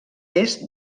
est